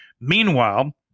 Meanwhile